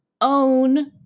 own